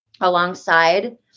alongside